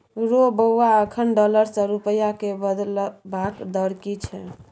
रौ बौआ अखन डॉलर सँ रूपिया केँ बदलबाक दर की छै?